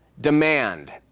demand